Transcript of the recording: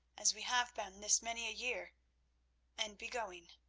as we have been this many a year and be going.